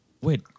wait